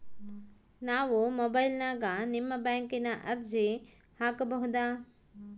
ನಾವು ಮೊಬೈಲಿನ್ಯಾಗ ನಿಮ್ಮ ಬ್ಯಾಂಕಿನ ಅರ್ಜಿ ಹಾಕೊಬಹುದಾ?